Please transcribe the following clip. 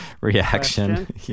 Reaction